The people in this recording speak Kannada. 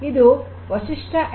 ಇದು ವಶಿಷ್ಟ ಎಟ್